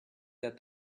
that